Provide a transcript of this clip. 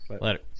Later